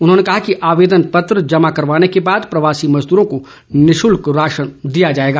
उन्होंने कहा कि आवेदन पत्र जमा करवाने के बाद प्रवासी मजदूरों को निशुल्क राशन दिया जाएगा